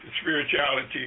spirituality